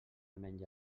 menja